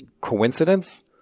coincidence